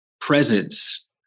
presence